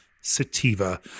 Sativa